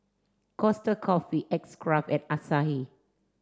Costa Coffee X Craft and Asahi